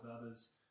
others